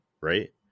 right